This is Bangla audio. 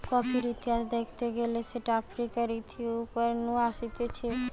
কফির ইতিহাস দ্যাখতে গেলে সেটা আফ্রিকার ইথিওপিয়া নু আসতিছে